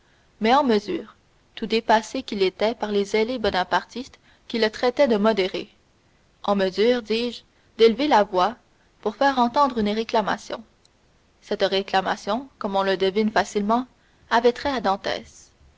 mais en mesure tout dépassé qu'il était par les zélés bonapartistes qui le traitaient de modéré en mesure dis-je d'élever la voix pour faire entendre une réclamation cette réclamation comme on le devine facilement avait trait à